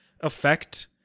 effect